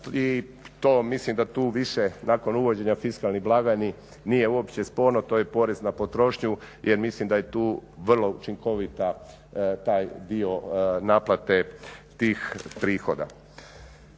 i to mislim da tu više nakon uvođenja fiskalnih blagajni nije uopće sporno, to je porez na potrošnju jer mislim da je tu vrlo učinkovit taj dio naplate tih prihoda.